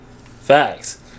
Facts